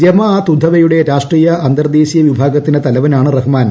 ജമാത് ഉദ് ധാവയുടെ രാഷ്ട്രീയ അന്തർദേശീയ വിഭാഗത്തിന്റെ തലവനാണ് റഹ്മാൻ